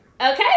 Okay